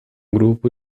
grupo